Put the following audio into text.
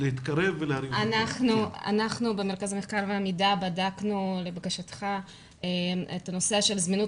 אנחנו במרכז המחקר והמידע בדקנו לבקשתך את הנושא של זמינות